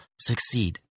succeed